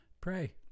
pray